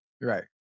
Right